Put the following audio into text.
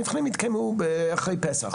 המבחנים יתקיימו אחרי פסח,